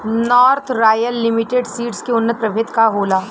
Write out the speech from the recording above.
North Royal Limited Seeds के उन्नत प्रभेद का होला?